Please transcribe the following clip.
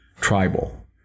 tribal